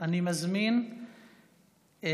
אני מזמין את